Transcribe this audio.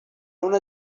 una